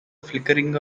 flickering